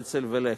אצ"ל ולח"י.